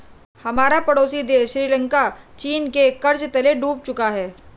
हमारा पड़ोसी देश श्रीलंका चीन के कर्ज तले डूब चुका है